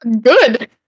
Good